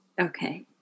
Okay